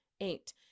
Eight